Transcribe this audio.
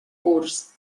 curs